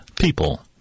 people